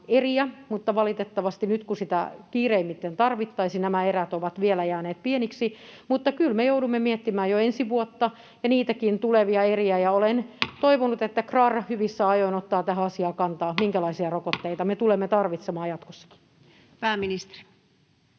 eriä, mutta valitettavasti nyt, kun sitä kiireimmiten tarvittaisiin, nämä erät ovat vielä jääneet pieniksi. Mutta kyllä me joudumme miettimään jo ensi vuotta ja niitäkin tulevia eriä, ja olen toivonut, että KRAR hyvissä ajoin ottaa kantaa tähän asiaan, minkälaisia rokotteita me tulemme tarvitsemaan jatkossa. [Speech